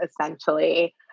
essentially